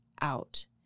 out